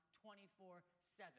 24-7